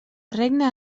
regna